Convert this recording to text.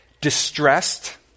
distressed